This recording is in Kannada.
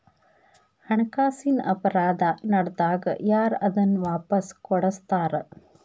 ಹಣಕಾಸಿನ್ ಅಪರಾಧಾ ನಡ್ದಾಗ ಯಾರ್ ಅದನ್ನ ವಾಪಸ್ ಕೊಡಸ್ತಾರ?